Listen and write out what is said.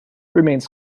remains